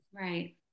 Right